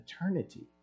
eternity